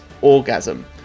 Orgasm